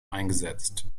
eingesetzt